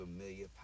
familiar